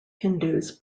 hindus